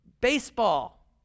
baseball